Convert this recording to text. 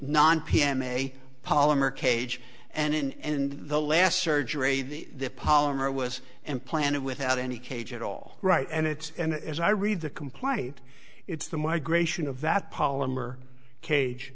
non p m a polymer cage and the last surgery the polymer was and planted without any cage at all right and it's and as i read the complaint it's the migration of that polymer cage